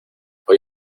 hoy